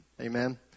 Amen